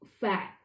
fat